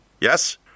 yes